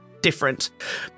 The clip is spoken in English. different